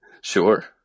Sure